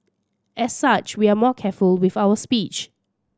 as such we are more careful with our speech